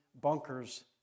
bunkers